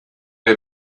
der